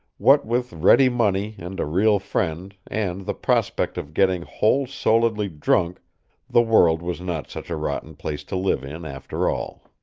what with ready money and a real friend and the prospect of getting whole-souledly drunk the world was not such a rotten place to live in after all!